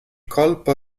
colpo